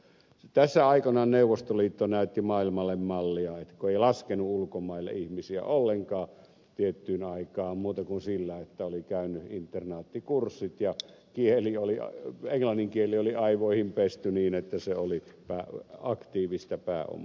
tässä aikoinaan neuvostoliitto näytti maailmalle mallia kun ei laskenut ulkomaille ihmisiä ollenkaan tiettyyn aikaan muuta kuin sillä että oli käynyt internaattikurssit ja englannin kieli oli aivoihin pesty niin että se oli aktiivista pääomaa